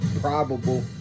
probable